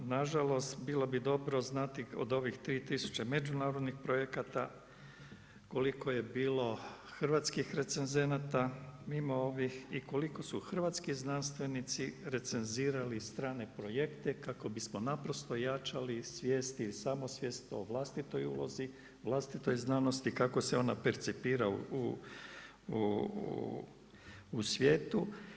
Na žalost, bilo bi dobro znati od ovih 3000 međunarodnih projekata koliko je bilo hrvatskih recenzenata mimo ovih i koliko su hrvatski znanstvenici recenzirali strane projekte kako bismo naprosto jačali svijest i samosvijest o vlastitoj ulozi, vlastitoj znanosti, kako se ona percipira u svijetu.